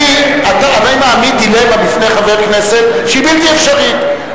אני מעמיד דילמה בפני חבר הכנסת שהיא בלתי אפשרית.